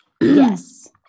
Yes